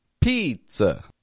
pizza